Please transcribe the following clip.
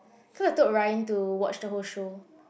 cause I took Ryan to watch the whole show